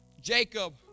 Jacob